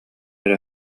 эрэ